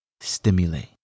stimulate